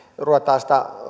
ruvetaan